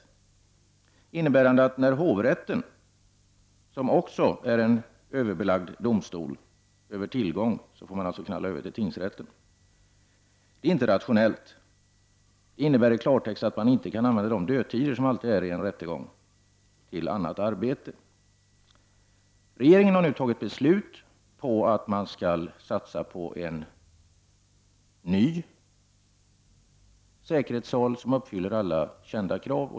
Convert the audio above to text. Det innebär att när hovrätten, som också är en överbelagd domstol, behöver tillgång till denna sal, måste man gå över till tingsrätten. Det är inte rationellt. Det innebär att man inte kan använda de dödtider, som det alltid blir i en rättegång, till annat arbete. Regeringen har nu beslutat att man skall satsa på en ny säkerhetssal som uppfyller alla kända krav.